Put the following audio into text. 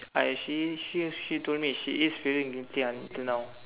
I she she is she told me she is feeling guilty until now